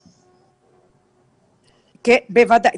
בוודאי.